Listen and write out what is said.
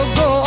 go